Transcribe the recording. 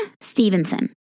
Stevenson